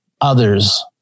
others